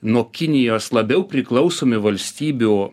nuo kinijos labiau priklausomi valstybių